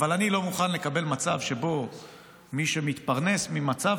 אבל אני לא מוכן לקבל מצב שבו מי שמתפרנס ממצב